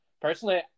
Personally